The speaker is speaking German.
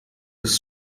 des